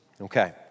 Okay